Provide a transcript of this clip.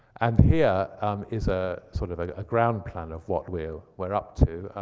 and here is a sort of a a ground plan of what we're we're up to.